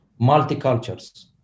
multicultures